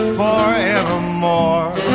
forevermore